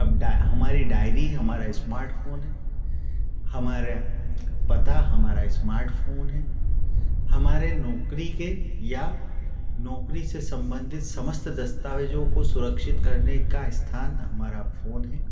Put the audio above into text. अब हमारी डायरी हमारा स्मार्टफोन है हमारा पता हमारा स्मार्टफोन है हमारे नौकरी के या नौकरी से संबन्धित समस्त दस्तावेजों को सुरक्षित करने का स्थान हमारा फोन है